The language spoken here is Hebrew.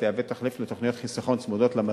תשמש תחליף לתוכניות חיסכון צמודות למדד.